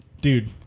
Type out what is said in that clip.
dude